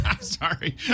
sorry